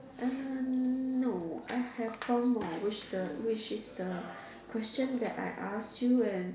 uh no I have one more which the which is the question that I ask you and